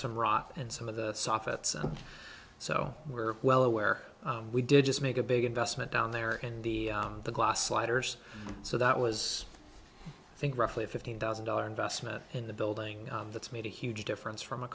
some rock and some of the soffits so we're well aware we did just make a big investment down there and the glass sliders so that was think roughly fifteen thousand dollar investment in the building that's made a huge difference from a